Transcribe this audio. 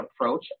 approach